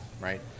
right